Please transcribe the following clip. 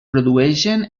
produeixen